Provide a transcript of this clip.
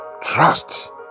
Trust